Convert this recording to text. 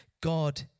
God